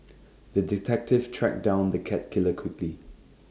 the detective tracked down the cat killer quickly